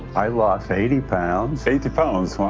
i lost eighty pounds. eighty pounds? wow!